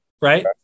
right